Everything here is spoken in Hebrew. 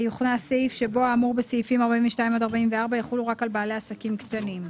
יוכנס סעיף שבו האמור בסעיפים 42 עד 44 יחולו רק על בעלי עסקים קטנים.